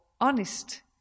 honest